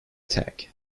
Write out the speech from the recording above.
tag